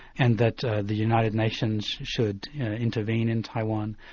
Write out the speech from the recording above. and that the united nations should intervene in taiwan.